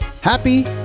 Happy